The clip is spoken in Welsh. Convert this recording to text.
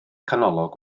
canolog